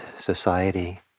society